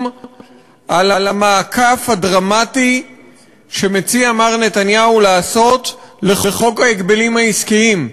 על המעקף הדרמטי שמציע מר נתניהו לעשות לחוק ההגבלים העסקיים,